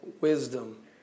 wisdom